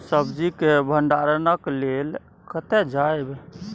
सब्जी के भंडारणक लेल कतय जायब?